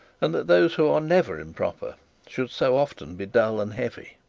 and that those who are never improper should so often be dull and heavy?